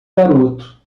garoto